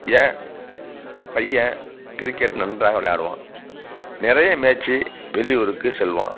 என் பையன் கிரிக்கெட் நன்றாக விளையாடுவான் நெறைய மேட்சி வெளியூருக்கு செல்வான்